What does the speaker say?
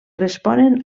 responen